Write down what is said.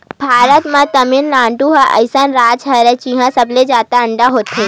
भारत म तमिलनाडु ह अइसन राज हरय जिंहा सबले जादा अंडा होथे